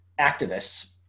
activists